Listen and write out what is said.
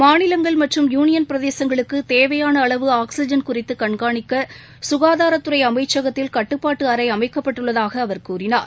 மாநிலங்கள் மற்றும் யூனியன் பிரதேசங்களுக்குதேவையானபோதியஅளவு ஆக்ஸிஐன் குறித்துகண்காணிக்கசுகாதாரத்துறைஅமைச்சகத்தில் கட்டுப்பாட்டுஅறைஅமைக்கப்பட்டுள்ளதாககூறினார்